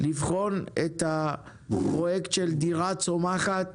לבחון את הפרויקט של דירה צומחת.